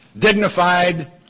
dignified